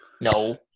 No